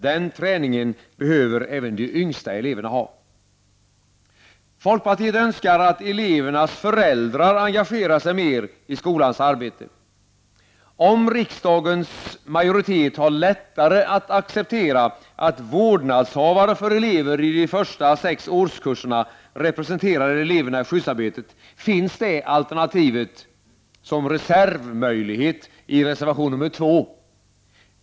Den träningen behöver även de yngsta eleverna ha. Folkpartiet önskar att elevernas föräldrar engagerar sig mer i skolans arbete. Om riksdagens majoritet har lättare att acceptera att vårdnadshavare för elever i de första sex årskurserna representerar eleverna i skyddsarbetet, anges det alternativet som reservmöjlighet i reservation nr 2.